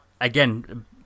again